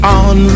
on